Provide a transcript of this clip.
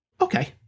Okay